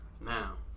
Now